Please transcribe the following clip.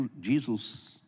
Jesus